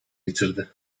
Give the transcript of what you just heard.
yitirdi